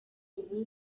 ubu